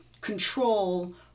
control